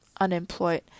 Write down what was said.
unemployed